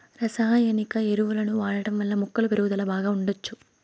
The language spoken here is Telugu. రసాయనిక ఎరువులను వాడటం వల్ల మొక్కల పెరుగుదల బాగా ఉండచ్చు